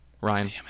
Ryan